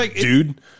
dude